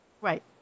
Right